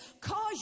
cause